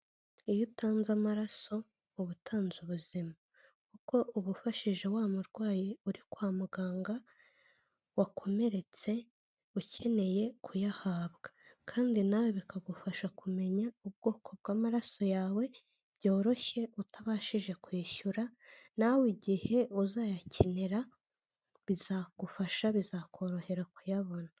Iyo utanze amaraso uba utanze ubuzima, kuko uba ufashije wa murwayi uri kwa muganga wakomeretse ukeneye kuyahabwa, kandi nawe bikagufasha kumenya ubwoko bw'amaraso yawe byoroshye utabashije kwishyura, nawe igihe uzayakenera bizagufasha bizakorohera kuyabona.